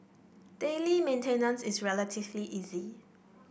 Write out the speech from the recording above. daily maintenance is relatively easy